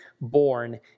born